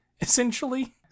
essentially